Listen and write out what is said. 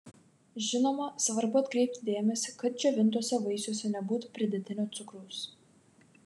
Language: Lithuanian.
žinoma svarbu atkreipti dėmesį kad džiovintuose vaisiuose nebūtų pridėtinio cukraus